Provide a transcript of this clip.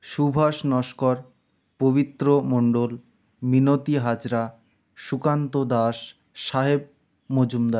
Subhash Naskar Pabitra Mondal Minati Hazra Sukanta Das Saheb Majumdar